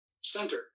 center